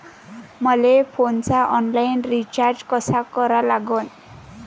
मले फोनचा online recharge कसा करा लागन?